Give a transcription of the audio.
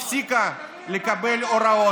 שכהרגלו בא לבלבל את המוח,